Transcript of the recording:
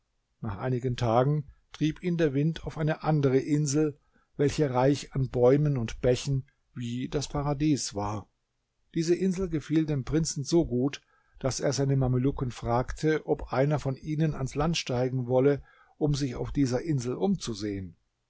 nach einigen tagen trieb ihn der wind auf eine andere insel welche reich an bäumen und bächen wie das paradies war diese insel gefiel dem prinzen so gut daß er seine mamelucken fragte ob einer von ihnen ans land steigen wolle um sich auf dieser insel umzusehen